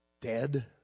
dead